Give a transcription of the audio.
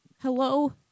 Hello